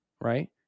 right